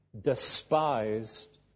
despised